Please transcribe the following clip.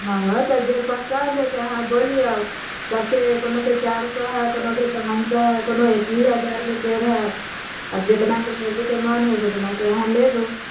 हँ हँ तऽ जे पसन्द हय से अहाँ बोलियौ सभकेँ कोनोके चारि सए हय कोनोके पाँच सए हय कोनो एक ही हजारके पेड़ हय आब जेतनाके लेबैके मन हय ओतनाके अहाँ लेलू